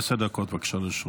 אדוני, עשר דקות לרשותך.